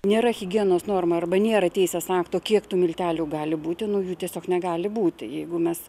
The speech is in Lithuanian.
nėra higienos normų arba nėra teisės aktų kiek tų miltelių gali būti nu jų tiesiog negali būti jeigu mes